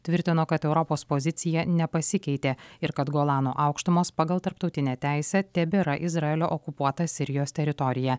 tvirtino kad europos pozicija nepasikeitė ir kad golano aukštumos pagal tarptautinę teisę tebėra izraelio okupuota sirijos teritorija